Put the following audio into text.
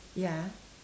ya